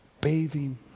bathing